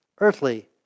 earthly